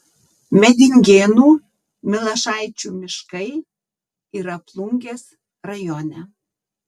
medingėnų milašaičių miškai yra plungės rajone